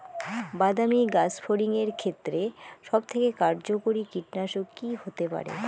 বাদামী গাছফড়িঙের ক্ষেত্রে সবথেকে কার্যকরী কীটনাশক কি হতে পারে?